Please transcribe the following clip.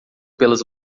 pelas